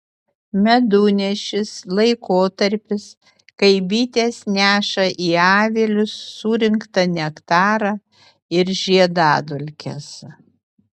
medunešis laikotarpis kai bitės neša į avilius surinktą nektarą ir žiedadulkes